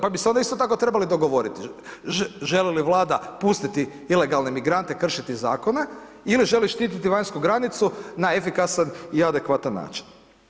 Pa bi se onda isto tako trebali dogovori, želi li Vlada pustiti ilegalne migrante kršiti zakone ili želi štiti vanjsku granicu na efikasan i adekvatan način.